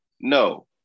No